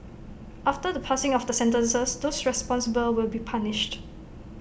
after the passing of the sentences those responsible will be punished